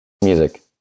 music